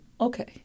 Okay